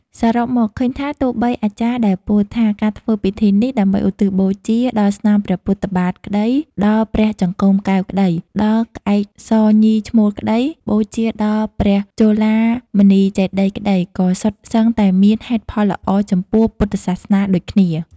សរុបមក ឃើញថា ទោះបីអាចារ្យដែលពោលថា "ការធ្វើពិធីនេះ ដើម្បីឧទ្ទិសបូជា ដល់ស្នាមព្រះពុទ្ធបាទក្តី ដល់ព្រះចង្កូមកែវក្តី ដល់ក្អែកសញីឈ្មោលក្តី បូជាដល់ព្រះចូឡាមណីចេតិយក្តី” ក៏សុទ្ធសឹងតែមាន ហេតុផលល្អចំពោះពុទ្ធសាសនាដូចគ្នា ។